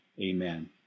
amen